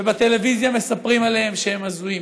ובטלוויזיה מספרים עליהם שהם הזויים.